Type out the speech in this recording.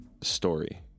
story